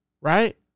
right